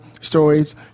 stories